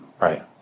Right